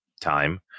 time